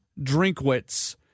Drinkwitz